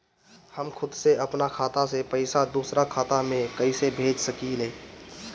हम खुद से अपना खाता से पइसा दूसरा खाता में कइसे भेज सकी ले?